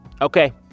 Okay